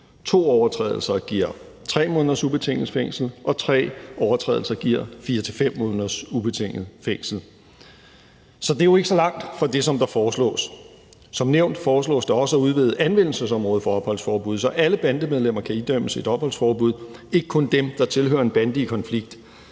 to overtrædelser giver 3 måneders ubetinget fængsel, og tre overtrædelser giver 4-5 måneders ubetinget fængsel. Så det er jo ikke så langt fra det, som der foreslås. Som nævnt foreslås det også at udvide anvendelsesområdet for opholdsforbuddet, så alle bandemedlemmer kan idømmes et opholdsforbud, ikke kun dem, der tilhører en bande i konflikt.